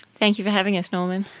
thank you for having us, norman.